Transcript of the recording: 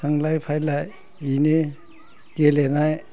थांलाय फैलाय बिदिनो गेलेनाय